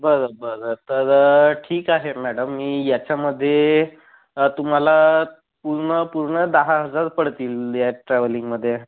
बरं बरं तर ठीक आहे मॅडम मी ह्याच्यामध्ये तुम्हाला पूर्ण पूर्ण दहा हजार पडतील ह्या ट्रॅव्हलिंगमध्ये